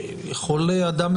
יכול אדם,